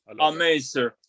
Amazing